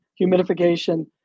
humidification